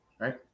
right